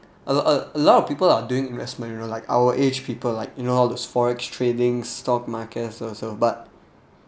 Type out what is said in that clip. a lot a lot of people are doing investment you know like our age people like you know all those forex trading stock markets also but